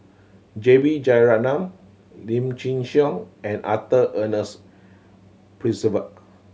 J B Jeyaretnam Lim Chin Siong and Arthur Ernest Percival